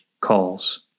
calls